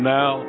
now